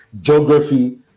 geography